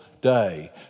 Day